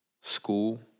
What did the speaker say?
school